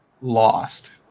lost